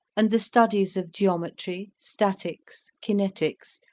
and the studies of geometry, statics, kinetics,